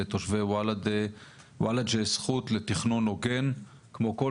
לתושבי וולאג'ה זכות לתכנון הוגן כמו כל